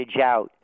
out